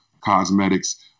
cosmetics